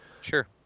sure